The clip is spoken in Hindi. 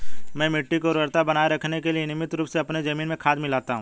मैं मिट्टी की उर्वरता बनाए रखने के लिए नियमित रूप से अपनी जमीन में खाद मिलाता हूं